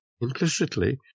implicitly